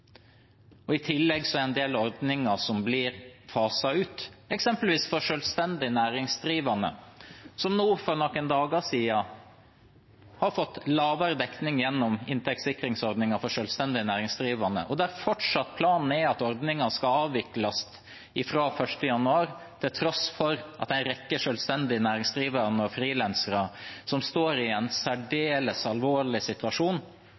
I tillegg er det en del ordninger som blir faset ut, eksempelvis for selvstendig næringsdrivende, som for noen dager siden fikk lavere dekning gjennom inntektssikringsordningen for selvstendig næringsdrivende. Og planen er fortsatt at ordningen skal avvikles fra 1. januar 2021, til tross for at det er en rekke selvstendig næringsdrivende og frilansere som står i en særdeles alvorlig situasjon,